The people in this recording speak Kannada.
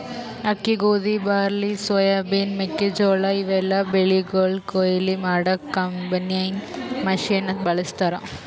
ಅಕ್ಕಿ ಗೋಧಿ ಬಾರ್ಲಿ ಸೋಯಾಬಿನ್ ಮೆಕ್ಕೆಜೋಳಾ ಇವೆಲ್ಲಾ ಬೆಳಿಗೊಳ್ ಕೊಯ್ಲಿ ಮಾಡಕ್ಕ್ ಕಂಬೈನ್ ಮಷಿನ್ ಬಳಸ್ತಾರ್